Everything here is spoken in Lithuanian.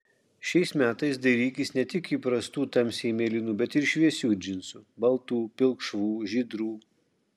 šiais metais dairykis ne tik įprastų tamsiai mėlynų bet ir šviesių džinsų baltų pilkšvų žydrų